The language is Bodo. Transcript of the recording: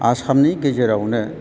आसामनि गेजेरावनो